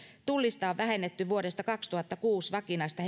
tullista on vähennetty vuodesta kaksituhattakuusi vakinaista